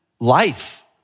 life